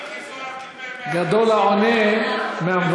מיקי זוהר, גדול העונה מהמברך.